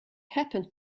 happened